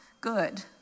good